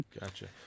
Gotcha